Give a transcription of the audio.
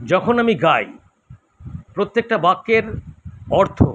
যখন আমি গাই প্রত্যেকটা বাক্যের অর্থ